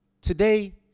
today